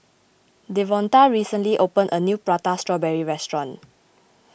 Devonta recently opened a new Prata Strawberry restaurant